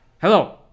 Hello